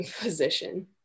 position